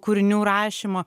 kūrinių rašymo